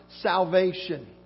salvation